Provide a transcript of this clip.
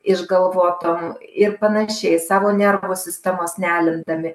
išgalvotom ir panašiai savo nervų sistemos nealindami